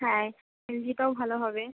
হ্যাঁ এলজিটাও ভালো হবে